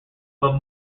but